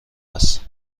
است